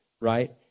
right